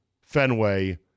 Fenway